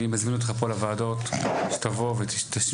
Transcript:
אני מזמין אותך פה לוועדות שתבוא ושתשמיע